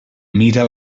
mira